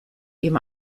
ihm